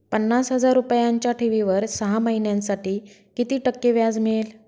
पन्नास हजार रुपयांच्या ठेवीवर सहा महिन्यांसाठी किती टक्के व्याज मिळेल?